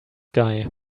guy